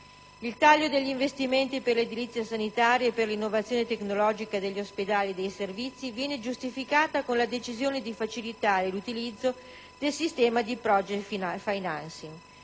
Il taglio degli investimenti per l'edilizia sanitaria e per l'innovazione tecnologica degli ospedali e dei servizi viene giustificato con la decisione di facilitare l'utilizzo del sistema di *project financing*,